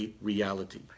reality